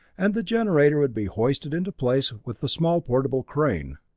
and the generator would be hoisted into place with the small portable crane.